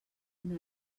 una